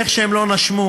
איך שהם לא נשמו,